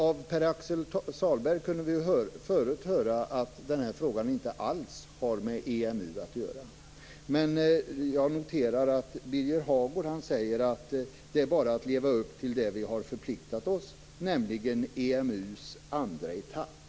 Från Pär-Axel Sahlberg kunde vi förut höra att den här frågan inte alls har med EMU att göra. Men jag noterar att Birger Hagård säger att det bara är att leva upp till det vi har förpliktat oss till, nämligen EMU:s andra etapp.